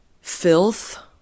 filth